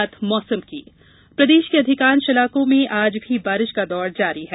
बारिश प्रदेश के अधिकांश इलाकों में आज भी बारिश का दौर जारी है